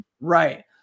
Right